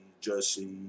Jesse